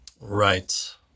Right